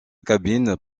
cabine